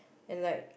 and like